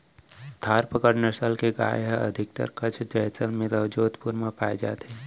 थारपकर नसल के गाय ह अधिकतर कच्छ, जैसलमेर अउ जोधपुर म पाए जाथे